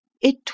It